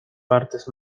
partes